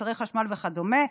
מוצרי חשמל וכדומה.